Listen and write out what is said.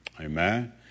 Amen